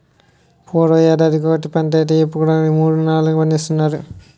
పూర్వం యేడాదికొకటే పంటైతే యిప్పుడేకంగా మూడూ, నాలుగూ పండిస్తున్నారు